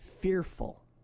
fearful